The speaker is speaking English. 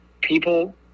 people